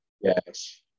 Yes